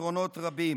של חבר הכנסת עופר כסיף.